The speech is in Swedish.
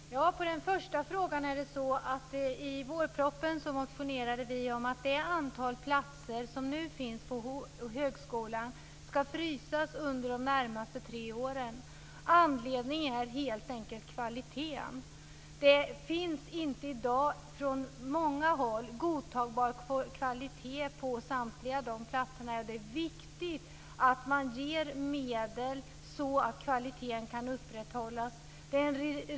Fru talman! När det gäller den första frågan kan jag säga att vi i samband med vårpropositionen motionerade om att det antal platser som nu finns på högskolan ska frysas under de närmaste tre åren. Anledningen har helt enkelt att göra med kvaliteten. På många håll är det i dag inte godtagbar kvalitet på samtliga platser. Det är viktigt att man ger medel, så att kvaliteten kan upprätthållas.